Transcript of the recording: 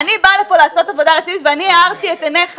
אני באה לפה לעשות עבודה רצינית והארתי את עיניך